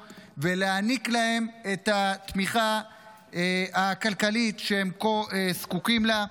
ולהעניק להם את התמיכה הכלכלית שהם כה זקוקים לה.